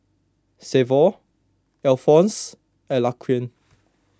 Severt Alphons and Laquan